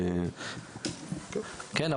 כן.